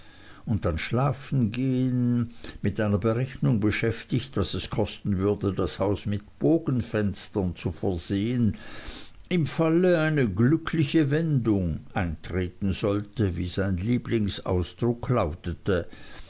und dann schlafen gehen mit einer berechnung beschäftigt was es kosten würde das haus mit bogenfenstern zu versehen im falle eine glückliche wendung eintreten sollte wie sein lieblingsausdruck lautete